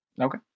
Okay